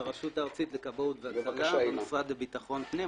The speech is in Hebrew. מהרשות הארצית לכבאות והצלה במשרד לביטחון הפנים.